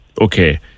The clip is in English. okay